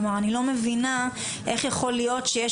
כלומר אני לא מבינה איך יכול להיות שיש